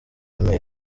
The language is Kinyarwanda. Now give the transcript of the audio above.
email